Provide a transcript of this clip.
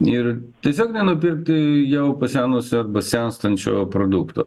ir tiesiog nenupirkti jau pasenusio arba senstančio produkto